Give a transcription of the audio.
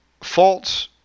false